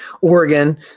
Oregon